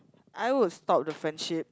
I would stop the friendship